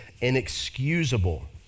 inexcusable